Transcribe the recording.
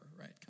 right